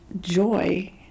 joy